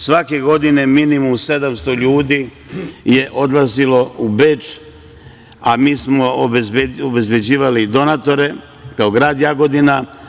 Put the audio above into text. Svake godine minimum 700 ljudi je odlazilo u Beč, a mi smo obezbeđivali donatore, kao grad Jagodina.